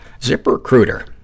ZipRecruiter